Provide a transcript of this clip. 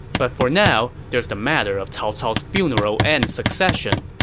but for now, there's the matter of cao cao's funeral and succession.